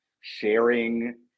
sharing